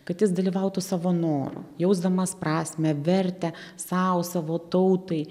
kad jis dalyvautų savo noru jausdamas prasmę vertę sau savo tautai